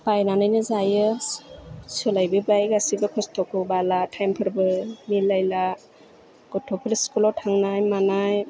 बायनानैनो जायो सोलायबोबाय बे गासिबो खस्थ'खौ बाला थाइमफोरबो मिलायला गथ'फोर स्कुलआव थांनाय मानाय